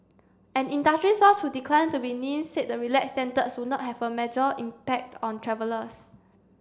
an industry source who declined to be named said the relaxed standards would not have a major impact on travellers